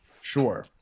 sure